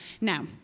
Now